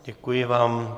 Děkuji vám.